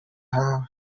hawe